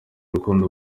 urukundo